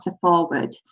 forward